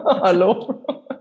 hello